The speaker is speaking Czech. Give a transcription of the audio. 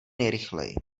nejrychleji